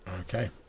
Okay